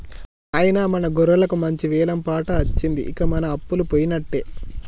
నాయిన మన గొర్రెలకు మంచి వెలం పాట అచ్చింది ఇంక మన అప్పలు పోయినట్టే